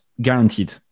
guaranteed